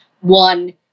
one